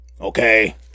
Okay